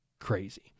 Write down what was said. crazy